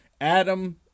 Adam